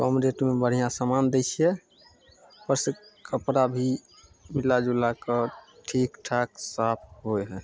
कम रेटमे बढ़िआँ सामान दै छियै उपरसँ कपड़ा भी मिला जुलाकऽ ठीक ठाक साफ होइ हइ